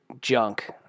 junk